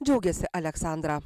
džiaugėsi aleksandra